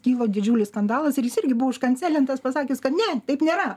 kilo didžiulis skandalas jis irgi buvo užkanselintas pasakęs kad ne taip nėra